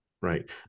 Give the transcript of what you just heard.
Right